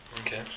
Okay